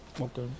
Okay